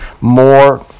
more